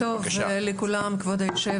בוקר טוב לכולם, כבוד היו"ר.